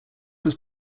was